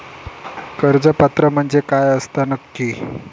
कर्ज पात्र म्हणजे काय असता नक्की?